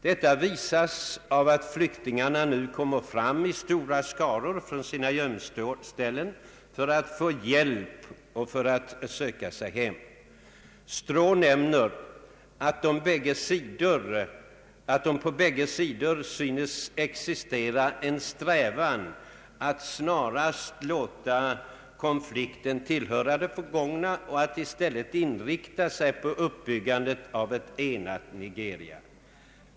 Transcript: Detta visas av att flyktingarna nu kommer fram i stora skaror från sina gömställen för att få hjälp och för att söka sig hem. Stroh nämner att det på bägge sidor synes existera en strävan att snarast låta konflikten tillhöra det förgångna och att i stället inrikta sig på uppbyggandet av ett enat Nigeria.